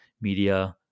media